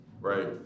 right